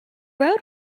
road